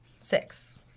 Six